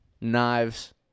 knives